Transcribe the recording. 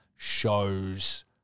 shows